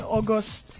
August